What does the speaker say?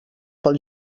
pel